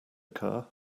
occur